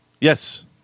Yes